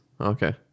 Okay